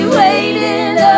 waiting